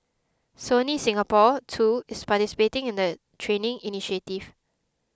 Sony Singapore too is participating in the training initiative